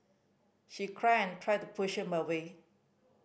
she cried and tried to push him away